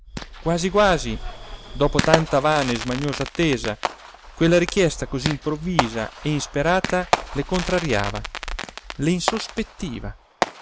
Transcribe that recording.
quasi quasi dopo tanta vana e smaniosa attesa quella richiesta così improvvisa e insperata le contrariava le insospettiva